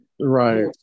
Right